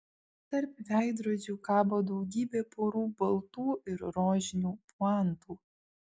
tarp veidrodžių kabo daugybė porų baltų ir rožinių puantų